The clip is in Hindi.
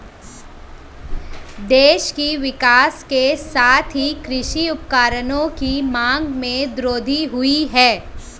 देश के विकास के साथ ही कृषि उपकरणों की मांग में वृद्धि हुयी है